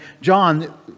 John